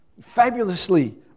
fabulously